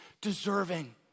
deserving